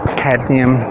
cadmium